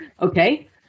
Okay